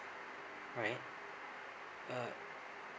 alright uh